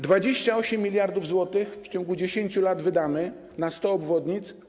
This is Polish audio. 28 mld zł w ciągu 10 lat wydamy na 100 obwodnic.